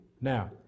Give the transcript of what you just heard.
Now